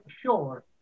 sure